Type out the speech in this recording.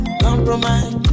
Compromise